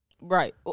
right